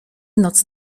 noc